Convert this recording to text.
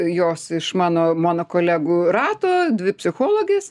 jos iš mano mano kolegų rato dvi psichologės